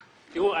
תראו,